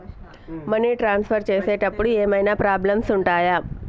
Money transfer చేసేటప్పుడు ఏమైనా problems ఉంటయా?